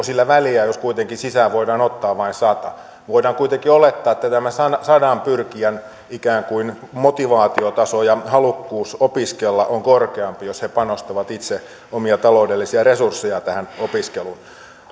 sillä väliä jos kuitenkin sisään voidaan ottaa vain sata voidaan kuitenkin olettaa että tämä sadan sadan pyrkijän ikään kuin motivaatiotaso ja halukkuus opiskella on korkeampi jos he panostavat itse omia taloudellisia resurssejaan tähän opiskeluun